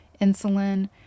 insulin